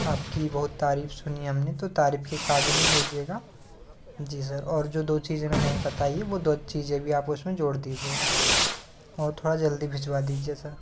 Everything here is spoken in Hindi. आपकी बहुत तारीफ सुनी हमने तो तारीफ़ के काबिल ही भेजियेगा जी सर और जो दो चीज़ें मैंने बताई वह दो चीज़ें भी आप उसमें जोड़ दीजियेगा और थोड़ा जल्दी भिजवा दीजिये सर